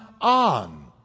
on